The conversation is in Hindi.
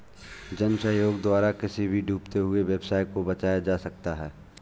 जन सहयोग द्वारा किसी भी डूबते हुए व्यवसाय को बचाया जा सकता है